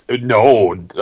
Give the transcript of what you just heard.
no